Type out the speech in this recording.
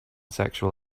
sexual